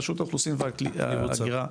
רשות האוכלוסין וההגירה --- יבוצע.